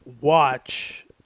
watch